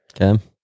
Okay